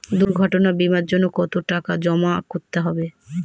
দুর্ঘটনা বিমার জন্য কত টাকা জমা করতে হবে?